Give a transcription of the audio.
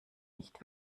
nicht